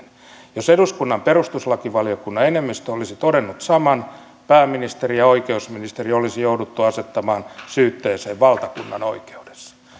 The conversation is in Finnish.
jos eduskunnan perustuslakivaliokunnan enemmistö olisi todennut saman pääministeri ja oikeusministeri olisi jouduttu asettamaan syytteeseen valtakunnanoikeudessa